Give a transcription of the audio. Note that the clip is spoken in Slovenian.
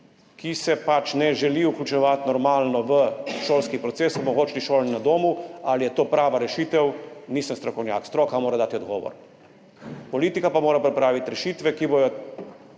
ki se pač ne želi vključevati normalno v šolski proces, omogočili šolanje na domu. Ali je to prava rešitev? Nisem strokovnjak, stroka mora dati odgovor. Politika pa mora pripraviti politične